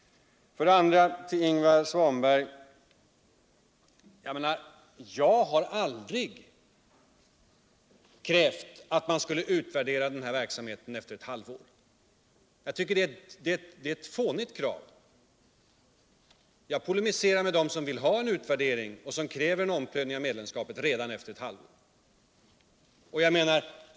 Till Ingvar Svanberg: Jag har aldrig krävt att man skulle utvärdera den här verksamheten efter ett halvår. Jag tycker att det är eu fånigt krav. Jag polemiserar mot dem som vill ha en utvärdering och som kriver en omprövning av medlemskapet redan efter ett halvår.